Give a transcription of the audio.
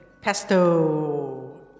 Pesto